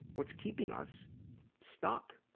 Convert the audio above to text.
what's keeping us stuck.